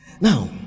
Now